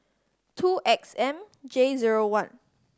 two X M J zero one